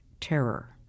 terror